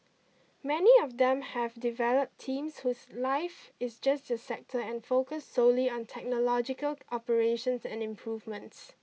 many of them have developed teams whose life is just the sector and focus solely on technological operations and improvements